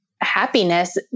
happiness